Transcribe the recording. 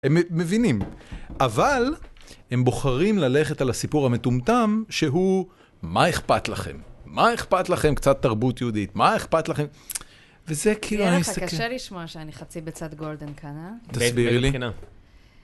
הם מבינים, אבל הם בוחרים ללכת על הסיפור המטומטם, שהוא מה אכפת לכם? מה אכפת לכם קצת תרבות יהודית? מה אכפת לכם? וזה כאילו... קשה לשמוע שאני חצי בצד גורדן כאן, אה? תסבירי לי.